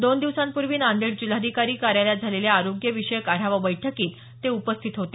दोन दिवसांपूर्वी नांदेड जिल्हाधिकारी कार्यालयात झालेल्या आरोग्य विषयक आढावा बैठकीत ते उपस्थित होते